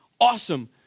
awesome